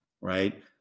right